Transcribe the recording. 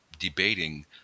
debating